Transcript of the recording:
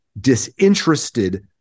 disinterested